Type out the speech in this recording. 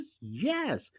yes